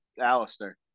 alistair